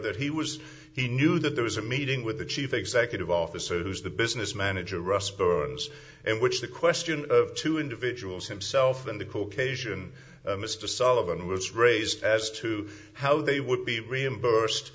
that he was he knew that there was a meeting with the chief executive officer who's the business manager russ burrows in which the question of two individuals himself and the caucasian mr sullivan was raised as to how they would be reimbursed